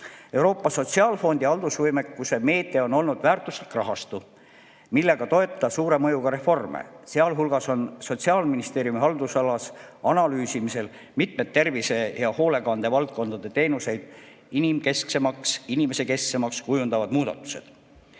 Euroopa Sotsiaalfondi haldusvõimekuse meede on olnud väärtuslik rahastu, millega toetada suure mõjuga reforme. Sealhulgas on Sotsiaalministeeriumi haldusalas analüüsimisel mitmed tervise‑ ja hoolekandevaldkonna teenuseid inimesekesksemaks kujundavad muudatused.